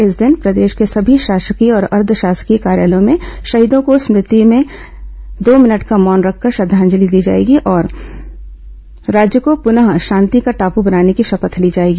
इस दिन प्रदेश के सभी शासकीय और अर्द्द शासकीय कार्यालयों में शहीदों की स्मृति में दो मिनट का मौन रखकर श्रद्वांजलि दी जाएगी और राज्य को पुनः शांति का टापू बनाने की शपथ ली जाएगी